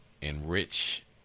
Enrich